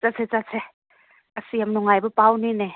ꯆꯠꯁꯦ ꯆꯠꯁꯦ ꯑꯁ ꯌꯥꯝ ꯅꯨꯡꯉꯥꯏꯕ ꯄꯥꯎꯅꯤꯅꯦ